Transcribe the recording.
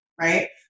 right